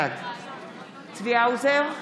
בעד צבי האוזר,